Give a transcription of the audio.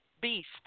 beast